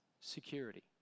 security